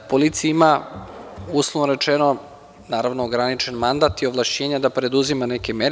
Policija ima, uslovno rečeno, naravno ograničen mandat i ovlašćenja da preduzima neke mere.